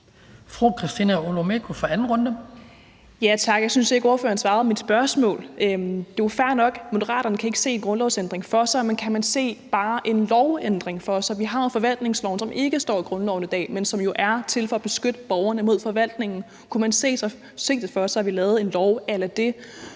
bemærkning. Kl. 15:47 Christina Olumeko (ALT): Tak. Jeg synes ikke, at ordføreren svarede på mit spørgsmål. Det er jo fair nok, at Moderaterne ikke kan se en grundlovsændring for sig, men kan man se bare en lovændring for sig? Vi har jo forvaltningsloven, som ikke står i grundloven i dag, men som jo er til for at beskytte borgerne mod forvaltningen. Kunne man se for sig, at vi lavede en lov a la den,